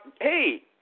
hey